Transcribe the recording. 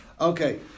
Okay